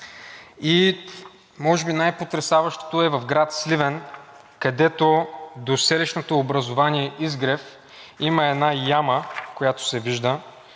И може би най-потресаващото е в град Сливен, където до селищното образувание „Изгрев“ има една яма, която се вижда,